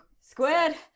Squid